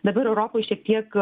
dabar ir europoj šiek tiek